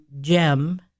gem